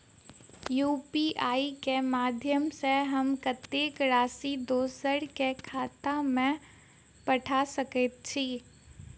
UPI केँ माध्यम सँ हम कत्तेक राशि दोसर केँ खाता मे पठा सकैत छी?